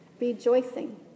rejoicing